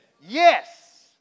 Yes